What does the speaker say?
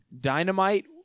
Dynamite